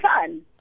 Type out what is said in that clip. fun